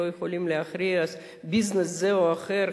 לא יכולים להכריח ביזנס זה או אחר,